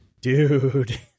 Dude